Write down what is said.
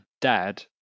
dad